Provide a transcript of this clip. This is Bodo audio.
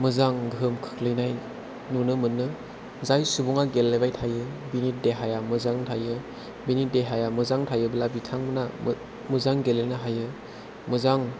मोजां गोहोम खोख्लैनाय नुनो मोनो जाय सुबुङा गेलेबाय थायो बिनि देहाया मोजां थायो बिनि देहाया मोजां थायोब्ला बिथांमोना मोजां गेलेनो हायो मोजां